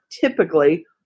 typically